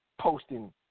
posting